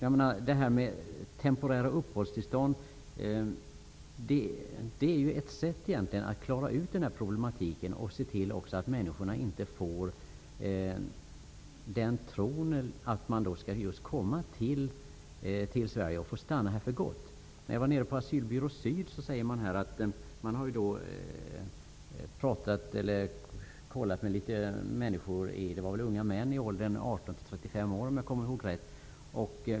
Att ge temporära uppehållstillstånd är ju egentligen ett sätt att klara ut den här problematiken och se till att människorna inte får den uppfattningen att de skall komma hit till Sverige och få stanna här för gott. När jag var nere på Asylbyrå syd sade man att man hade pratat med en del människor -- om jag kommer ihåg rätt rörde det sig om unga män i åldern 18--35 år.